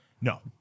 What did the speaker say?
No